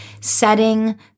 setting